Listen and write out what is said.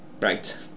Right